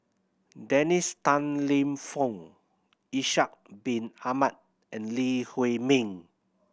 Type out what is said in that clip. Dennis Tan Lip Fong Ishak Bin Ahmad and Lee Huei Min